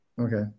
Okay